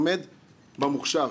לומד במוכש"ר.